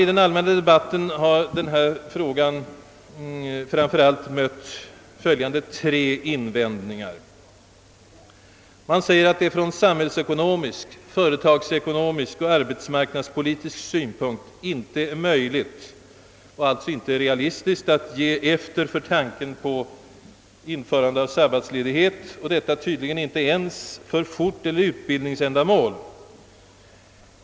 I den allmänna debatten om denna fråga har man framför allt gjort följande tre invändningar. Man säger att det från samhällsekonomisk, företagsekonomisk och arbetsmarknadspolitisk synpunkt inte är möjligt — och alltså inte realistiskt — att ge efter för tanken på införande av sabbatsledighet och detta tydligen inte ens för forteller utbildningsändamål.